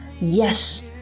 Yes